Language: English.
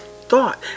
thought